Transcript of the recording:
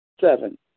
Seven